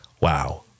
Wow